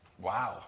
Wow